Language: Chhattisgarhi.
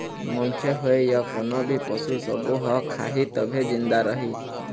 मनखे होए य कोनो भी पसू सब्बो ह खाही तभे जिंदा रइही